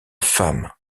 femme